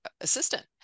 assistant